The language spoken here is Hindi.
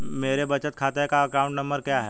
मेरे बचत खाते का अकाउंट नंबर क्या है?